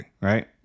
right